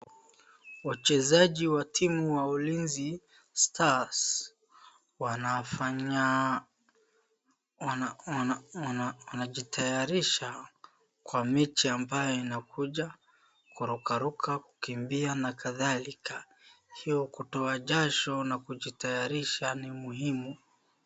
Wachezaji wa timu wa ulinzi Stars wanafanya wana wana wana wanajitayarisha kwa mechi ambayo inakuja kuruka ruka kukimbia na kadhalika. Hiyo kutoa jasho na kujitayarisha ni muhimu.